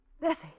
Bessie